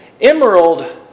emerald